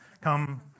come